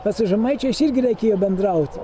tad su žemaičiais irgi reikėjo bendrauti